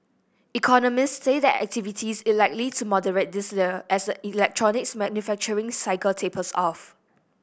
economists say activity it likely to moderate this year as the electronics manufacturing cycle tapers off